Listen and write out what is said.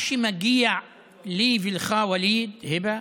מה שמגיע לי ולכם, ווליד, היבה,